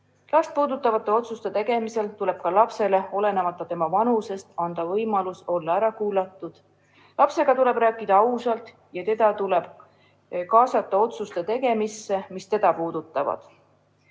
Last puudutavate otsuste tegemisel tuleb ka lapsele olenemata tema vanusest anda võimalus olla ära kuulatud. Lapsega tuleb rääkida ausalt ja last tuleb kaasata teda puudutavate